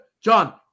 John